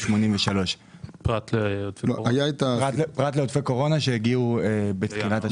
83. פרט לעודפי קורונה שהגיעו בתחילת השנה.